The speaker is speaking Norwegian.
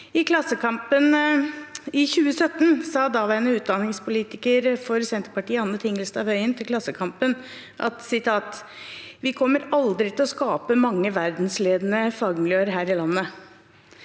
Klassekampen i 2017 sa daværende utdanningspolitiker for Senterpartiet, Anne Tingelstad Wøien: Vi kommer aldri til å skape mange verdensledende fagmiljøer her i landet.